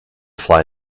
fly